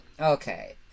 Okay